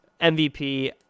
MVP